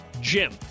Jim